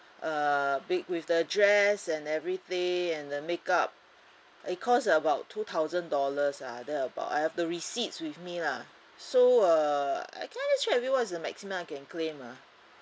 err with with the dress and everything and the make up it cost about two thousand dollars ah there about I have the receipts with me lah so err can I just check with you what's the maximum I can claim ah